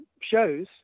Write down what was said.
shows